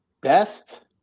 best